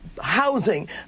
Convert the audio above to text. housing